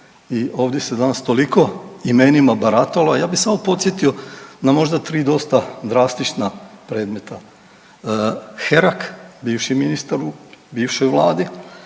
i ovdje se danas toliko imenima barata ovaj ja bi samo podsjetio na možda 3 dosta drastična predmeta. Herak bivši ministar u bivšoj vladi,